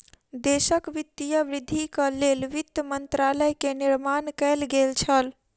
देशक वित्तीय वृद्धिक लेल वित्त मंत्रालय के निर्माण कएल गेल छल